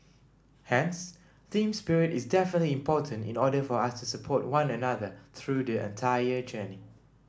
hence team spirit is definitely important in order for us to support one another through the entire journey